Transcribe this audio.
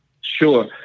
Sure